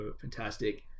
fantastic